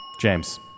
James